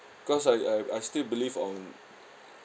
cause I I I still believe on